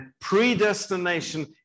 predestination